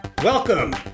Welcome